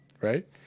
right